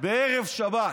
בערב שבת.